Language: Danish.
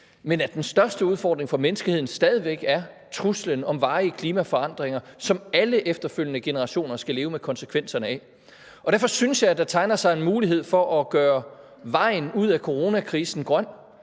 men at den største udfordring for menneskeheden stadig væk er truslen om varige klimaforandringer, som alle efterfølgende generationer skal leve med konsekvenserne af. Derfor synes jeg, at der tegner sig en mulighed for at gøre vejen ud af coronakrisen grøn